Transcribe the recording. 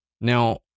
Now